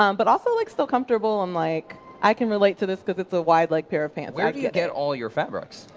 um but also like comfortable and like i can relate to this cause it's a wide like pair of pants. where do you get all your fabrics?